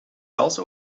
also